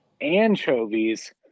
anchovies